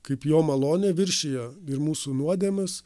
kaip jo malonė viršija ir mūsų nuodėmes